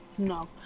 No